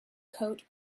coat